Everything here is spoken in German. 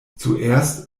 zuerst